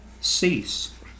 Cease